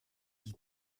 die